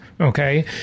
Okay